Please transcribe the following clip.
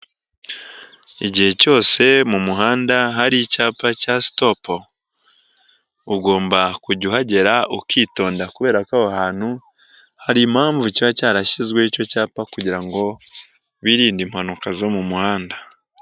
Igihe cyose mu muhanda hari icyapa cya sitopo, ugomba kujya uhagera ukitonda kubera ko aho hantu, hari impamvu cyiba cyarashyizweho icyo cyapa kugira ngo wirinde impanuka zo mu muhanda.